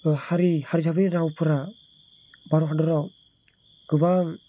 बे हारि हारिसाफोरनि रावफोरा भारत हादराव गोबां